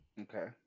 okay